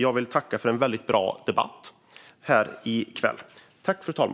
Jag vill tacka för en väldigt bra debatt här i kväll.